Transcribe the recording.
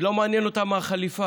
לא מעניין אותה מה החליפה.